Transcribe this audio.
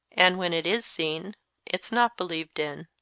and when it is seen it's not believed in.